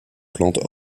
plantes